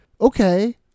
okay